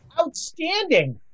Outstanding